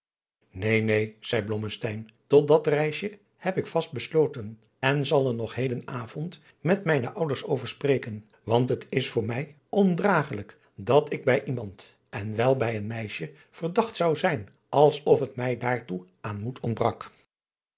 neen neen zeî blommesteyn tot dat reisje heb ik vast besloten en zal er nog heden avond met mijne ouders over spreken want het is voor mij ondragelijk dat ik bij iemand en wel hij een meisje verdacht zou zijn als of het mij daartoe aan moed ontbrak